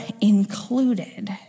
included